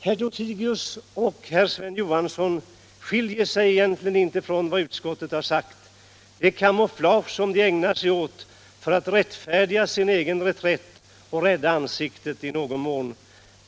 Herr Lothigius och herr Sven Johansson skiljer sig egentligen inte från utskottet. De ägnar sig åt kamouflage för att rättfärdiga sin egen reträtt och i någon mån rädda ansiktet.